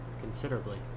considerably